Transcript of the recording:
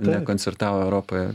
nekoncertavo europoje